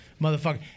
motherfucker